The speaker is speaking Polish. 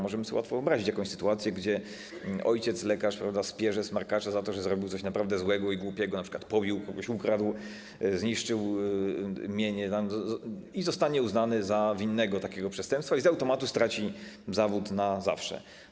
Możemy sobie łatwo wyobrazić sytuację, kiedy ojciec lekarz spierze smarkacza za to, że zrobił coś naprawdę złego i głupiego, np. pobił kogoś, ukradł, zniszczył mienie - zostanie on uznany za winnego takiego przestępstwa i z automatu straci zawód na zawsze.